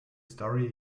story